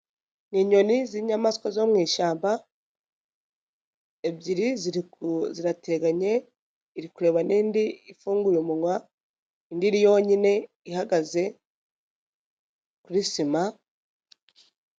Ni inyoni z'inyamaswa zo mu ishyamba, ebyiri ziri zirateganye iri kureba n'indi ifunguye umunwa, indi iri yonyine ihagaze kuri sima.